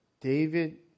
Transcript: David